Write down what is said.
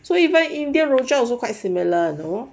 so even indian rojak also quite similar you know